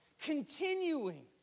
continuing